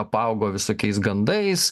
apaugo visokiais gandais